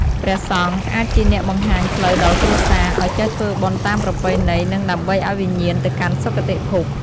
ព្រះសង្ឃអាចជាអ្នកបង្ហាញផ្លូវដល់គ្រួសារ អោយចេះធ្វើបុណ្យតាមប្រពៃណីនិងដើម្បីឲ្យវិញ្ញាណទៅកាន់សុគតិភព។